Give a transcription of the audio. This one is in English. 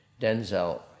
Denzel